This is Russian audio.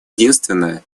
единственная